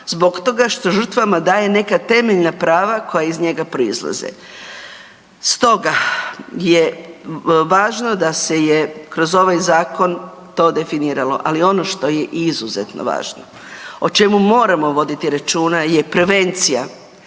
zbog toga što žrtvama daje neka temeljna prava koja iz njega proizlaze. Stoga, je važno da se je kroz ovaj zakon to definiralo, ali ono što je i izuzetno važno o čemu moramo voditi računa je prevencija.